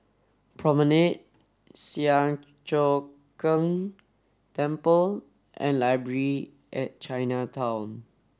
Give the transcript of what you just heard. promenade Siang Cho Keong Temple and Library at Chinatown